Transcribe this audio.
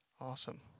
awesome